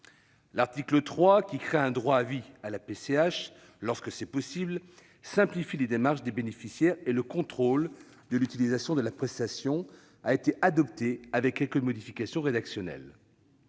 L'article 3, qui crée un droit à vie à la PCH lorsque c'est possible, simplifie les démarches des bénéficiaires ainsi que le contrôle de l'utilisation de la prestation, a été adopté avec quelques modifications rédactionnelles.